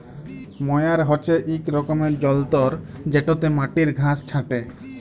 ময়ার হছে ইক রকমের যল্তর যেটতে মাটির ঘাঁস ছাঁটে